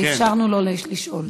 אז אפשרנו לו לשאול.